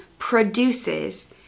produces